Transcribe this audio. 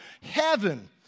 Heaven